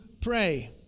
pray